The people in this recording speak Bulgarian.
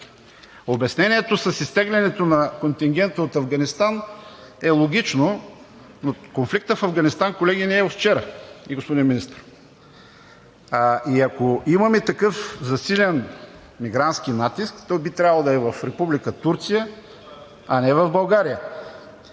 Обяснението с изтеглянето на контингента от Афганистан е логично, но конфликтът в Афганистан, колеги, господин Министър, не е от вчера. Ако имаме такъв засилен мигрантски натиск, той би трябвало да е в Република Турция, а не в България